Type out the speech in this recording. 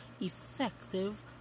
effective